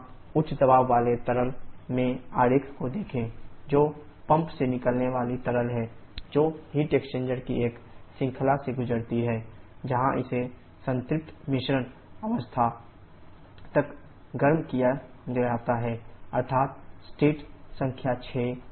यहाँ उच्च दबाव वाले तरल में आरेख को देखें जो पंप से निकलने वाली तरल है जो हीट एक्सचेंजर्स की इस श्रृंखला से गुजरती है जहां इसे संतृप्त मिश्रण अवस्था तक गर्म किया जाता है अर्थात स्टेट संख्या 6